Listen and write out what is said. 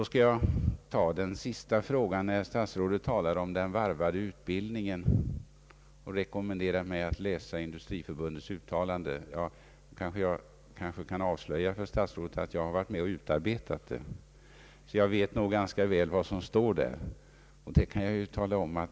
Statsrådet talade om den varvade utbildningen och rekommenderade mig att läsa Industriförbundets uttalande. Jag kan nämna för statsrådet att jag har varit med om att utarbeta det. Jag vet alltså ganska väl vad som står där.